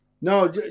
No